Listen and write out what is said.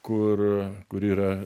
kur kuri yra